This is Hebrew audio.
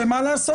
אמר שמה לעשות,